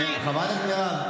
חברת הכנסת מירב,